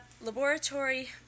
laboratory